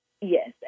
Yes